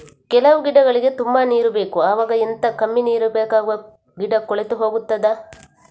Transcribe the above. ಕೆಲವು ಗಿಡಗಳಿಗೆ ತುಂಬಾ ನೀರು ಬೇಕು ಅವಾಗ ಎಂತ, ಕಮ್ಮಿ ನೀರು ಬೇಕಾಗುವ ಗಿಡ ಕೊಳೆತು ಹೋಗುತ್ತದಾ?